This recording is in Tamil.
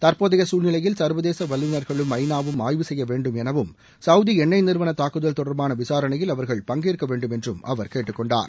தற்போதைய சசூழ்நிலையில் சர்வதேச வல்லுநர்களும் ஐநாவும் ஆய்வு செய்ய வேண்டும் எனவும் சவுதி எண்ணெய் நிறுவன தாக்குதல் தொடர்பான விசாரணையில் அவர்கள் பங்கேற்க வேண்டும் என்றம் அவர் கேட்டுக்கொண்டார்